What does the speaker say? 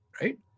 right